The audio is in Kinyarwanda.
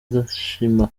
arishima